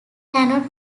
cannot